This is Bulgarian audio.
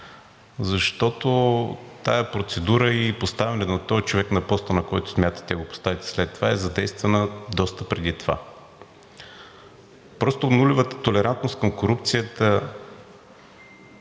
защото тази процедура и поставянето на този човек на поста, на който смятате да го поставите след това, е задействана доста преди това. Нулевата толерантност към корупцията